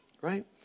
right